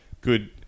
good